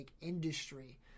industry